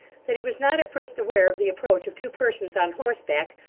that he was not at first aware of the approach of two persons on horseback,